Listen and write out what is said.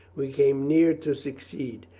we came near to succeed.